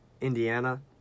Indiana